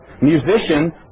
musician